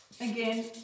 again